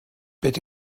beth